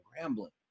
rambling